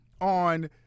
on